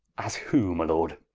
as who, my lord?